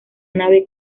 nave